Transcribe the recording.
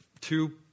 two